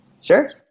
Sure